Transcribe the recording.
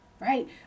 right